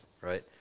right